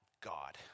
God